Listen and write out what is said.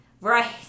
Right